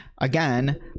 Again